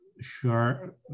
sure